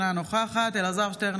אינה נוכחת אלון שוסטר,